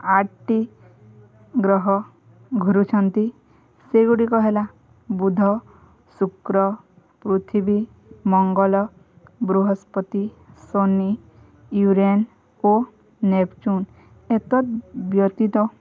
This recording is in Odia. ଆଠଟି ଗ୍ରହ ଘୁରୁଛନ୍ତି ସେଗୁଡ଼ିକ ହେଲା ବୁଦ୍ଧ ଶୁକ୍ର ପୃଥିବୀ ମଙ୍ଗଳ ବୃହସ୍ପତି ସନି ୟୁରେନ୍ ଓ ନେପଚୁନ୍ ଏତତ୍ ବ୍ୟତୀତ